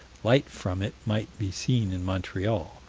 light from it might be seen in montreal,